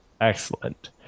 Excellent